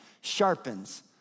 sharpens